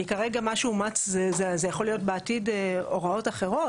כי כרגע מה שהוא שאומץ זה יכול להיות בעתיד הוראות אחרות.